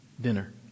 dinner